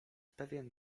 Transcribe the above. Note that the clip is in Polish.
pewien